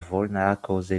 vollnarkose